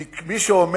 כי מי שאומר,